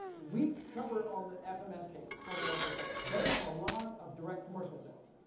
we cover on the fms cases for military sales. they have a lot of direct commercial sales.